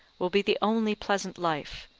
will be the only pleasant life,